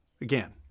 Again